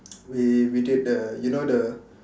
we we did the you know the